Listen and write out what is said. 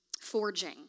forging